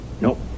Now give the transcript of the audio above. Nope